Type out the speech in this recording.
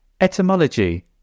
Etymology